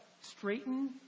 Straighten